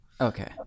Okay